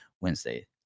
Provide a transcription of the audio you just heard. Wednesday